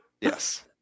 Yes